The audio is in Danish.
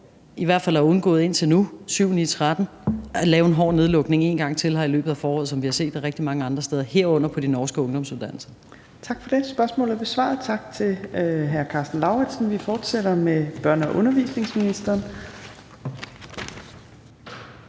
i hvert fald har undgået indtil nu – syv-ni-tretten! – at lave en hård nedlukning en gang til her i løbet af foråret, som vi har set det rigtig mange andre steder, herunder på de norske ungdomsuddannelser. Kl. 15:04 Fjerde næstformand (Trine Torp): Tak for det. Spørgsmålet er besvaret. Tak til hr. Karsten Lauritzen. Vi fortsætter med børne- og undervisningsministeren.